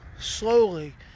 slowly